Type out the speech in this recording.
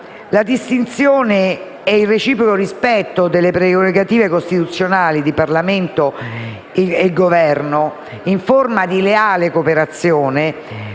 La distinzione e il reciproco rispetto delle prerogative costituzionali di Governo e Parlamento in forma di leale cooperazione